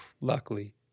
luckily